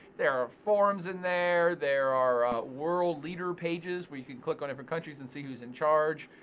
there are forums in there. there are world leader pages where you can click on different countries and see who's in charge.